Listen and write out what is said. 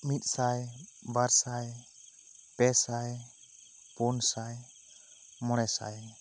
ᱢᱤᱫ ᱥᱟᱭ ᱵᱟᱨ ᱥᱟᱭ ᱯᱮ ᱥᱟᱭ ᱯᱩᱱ ᱥᱟᱭ ᱢᱚᱬᱮ ᱥᱟᱭ